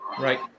Right